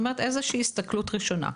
הסתכלות ראשונה מסוימת,